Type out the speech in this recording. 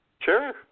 Sure